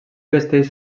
vesteix